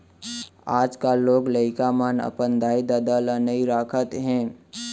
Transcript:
आजकाल लोग लइका मन अपन दाई ददा ल नइ राखत हें